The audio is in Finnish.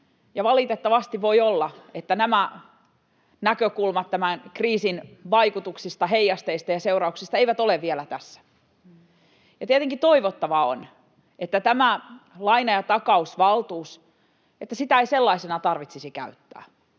valitettavasti voi olla, että näkökulmat tämän kriisin vaikutuksista, heijasteista ja seurauksista eivät ole vielä tässä. Tietenkin toivottavaa on, että tätä laina- ja takausvaltuutta ei sellaisena tarvitsisi käyttää.